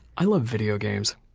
i love videogames.